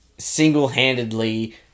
Single-handedly